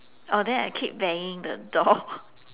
oh then I keep banging the door